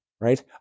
right